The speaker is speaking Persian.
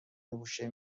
میپوشه